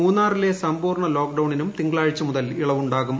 മൂന്നാറിലെ സമ്പൂർണ്ണ ലോക്ഡൌണിനും തിങ്കളാഴ്ച്ച് മുതൽ ഇളവുണ്ടാകും